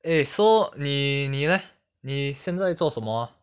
eh so 你你 leh 你现在做什么